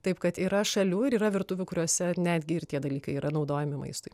taip kad yra šalių ir yra virtuvių kuriose netgi ir tie dalykai yra naudojami maistui